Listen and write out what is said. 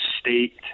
state